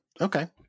Okay